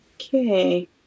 okay